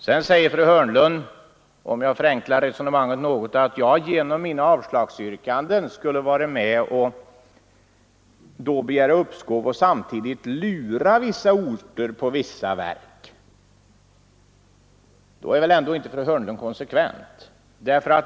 Sedan säger fru Hörnlund, om jag förenklar resonemanget något, att jag genom mina avslagsyrkanden varit med om att begära uppskov och samtidigt ”lura” vissa orter på en del verk. Då är väl fru Hörnlund ändå inte konsekvent.